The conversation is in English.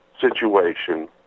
situation